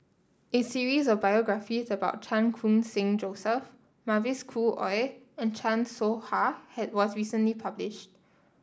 a series of biographies about Chan Khun Sing Joseph Mavis Khoo Oei and Chan Soh Ha had was recently publish